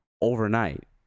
overnight